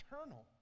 eternal